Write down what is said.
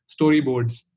storyboards